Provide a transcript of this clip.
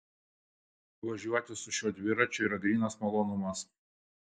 važiuoti su šiuo dviračiu yra grynas malonumas